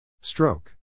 Stroke